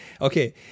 Okay